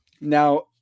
now